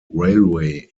railway